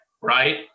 right